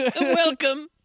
Welcome